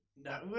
No